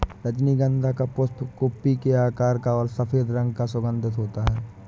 रजनीगंधा का पुष्प कुप्पी के आकार का और सफेद रंग का सुगन्धित होते हैं